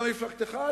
גם למפלגתך,